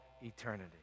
eternity